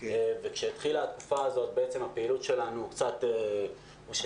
כשהתחילה התקופה הזאת הפעילות שלנו קצת הושעתה,